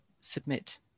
submit